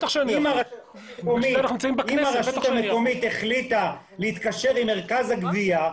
אם הרשות המקומית החליטה להתקשר עם מרכז הגבייה,